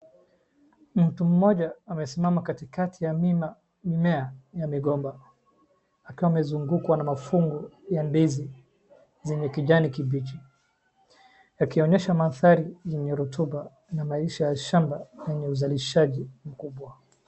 Kuna mtu moja amesimama katikati ya mimea ya migomba, amezungukwa na mafungu ya ndizi zenye kijani kibichi, akionyesha mandhari ya rotuba na maisha ya shamba yenye uzalishaji.